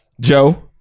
Joe